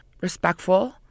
respectful